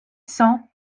cents